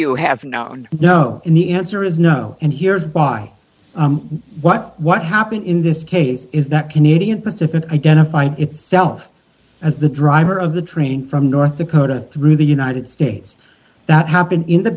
you have known no in the answer is no and here's by what what happened in this case is that canadian pacific identified itself as the driver of the training from north dakota through the united states that happened in the